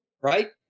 right